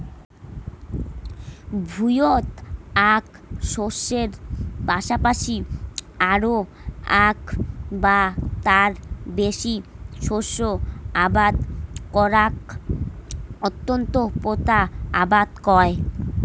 ভুঁইয়ত আক শস্যের পাশাপাশি আরো আক বা তার বেশি শস্য আবাদ করাক আন্তঃপোতা আবাদ কয়